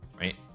right